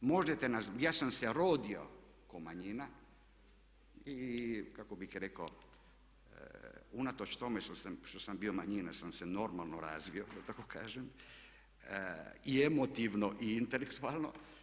Možete nas, ja sam se rodio kao manjina i kako bih rekao unatoč tome što sam bio manjina sam se normalno razvio da tako kažem i emotivno i intelektualno.